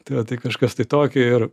tai va tai kažkas tai tokio ir